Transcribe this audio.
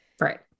Right